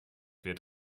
wird